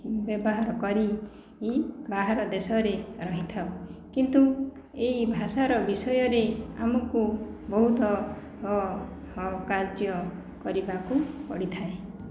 ବ୍ୟବହାର କରି ବାହାର ଦେଶରେ ରହିଥାଉ କିନ୍ତୁ ଏଇ ଭାଷାର ବିଷୟରେ ଆମୁକୁ ବହୁତ କାର୍ଯ୍ୟ କରିବାକୁ ପଡ଼ିଥାଏ